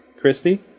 Christy